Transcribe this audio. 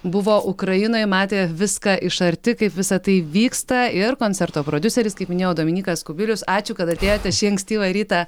buvo ukrainoj matė viską iš arti kaip visa tai vyksta ir koncerto prodiuseris kaip minėjau dominykas kubilius ačiū kad atėjote šį ankstyvą rytą